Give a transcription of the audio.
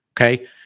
Okay